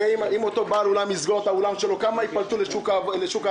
הרי אם אותו בעל אולם יסגור את האולם שלו כמה ייפלטו לשוק האבטלה?